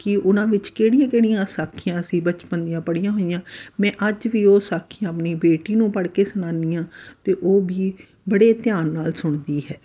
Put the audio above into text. ਕਿ ਉਹਨਾਂ ਵਿੱਚ ਕਿਹੜੀਆਂ ਕਿਹੜੀਆਂ ਸਾਖੀਆਂ ਸੀ ਬਚਪਨ ਦੀਆਂ ਪੜ੍ਹੀਆਂ ਹੋਈਆਂ ਮੈਂ ਅੱਜ ਵੀ ਉਹ ਸਾਖੀ ਆਪਣੀ ਬੇਟੀ ਨੂੰ ਪੜ੍ਹ ਕੇ ਸੁਣਾਉਂਦੀ ਹਾਂ ਅਤੇ ਉਹ ਵੀ ਬੜੇ ਧਿਆਨ ਨਾਲ ਸੁਣਦੀ ਹੈ